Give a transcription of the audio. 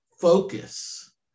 focus